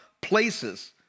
places